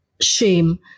shame